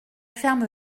ferme